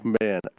man